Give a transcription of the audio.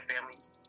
families